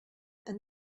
and